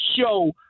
show